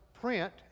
print